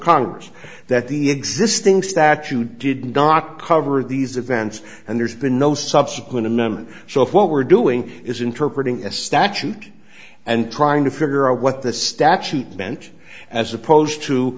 congress that the existing statute did not cover these events and there's been no subsequent a member so what we're doing is interpreting a statute and trying to figure out what the statute meant as opposed to